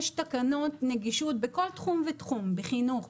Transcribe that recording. יש תקנות נגישות בכל תחום ותחום בחינוך,